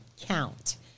count